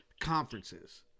conferences